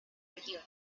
región